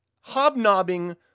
hobnobbing